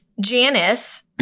Janice